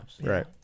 Right